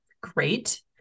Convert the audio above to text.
great